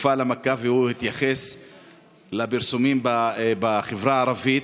תרופה למכה והוא התייחס לפרסומים בחברה הערבית.